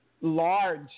large